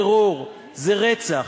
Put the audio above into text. זה טרור, זה רצח,